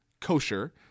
kosher